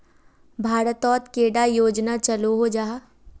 भारत तोत कैडा योजना चलो जाहा?